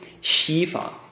Shiva